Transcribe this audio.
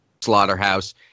Slaughterhouse